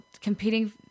competing